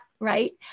right